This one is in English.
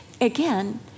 again